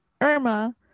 Irma